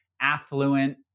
affluent